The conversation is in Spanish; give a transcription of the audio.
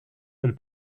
del